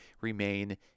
remain